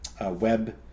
web